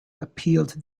appealed